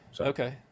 Okay